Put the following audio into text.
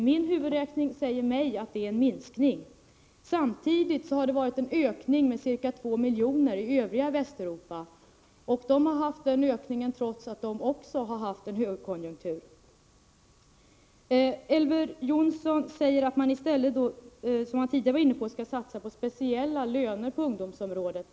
Min huvudräkning säger mig att det är en minskning. Samtidigt har det varit en ökning med ca två miljoner i övriga Västeuropa — och de har haft den ökningen trots att de också har haft en högkonjunktur. Elver Jonsson säger att man — vilket han också varit inne på tidigare — skall satsa på speciella löner på ungdomsområdet.